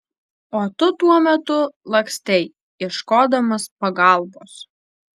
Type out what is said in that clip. o tu tuo metu lakstei ieškodamas pagalbos